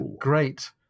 great